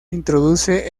introduce